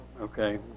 Okay